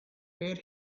where